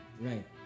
Right